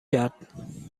کرد